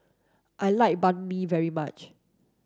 I like Banh Mi very much